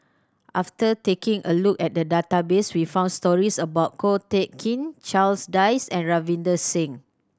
after taking a look at the database we found stories about Ko Teck Kin Charles Dyce and Ravinder Singh